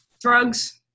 drugs